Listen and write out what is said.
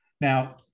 now